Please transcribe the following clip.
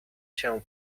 się